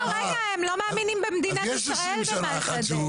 רגע, הם לא מאמינים במדינת ישראל במסעדה.